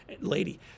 lady